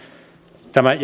tämän